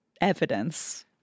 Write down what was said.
evidence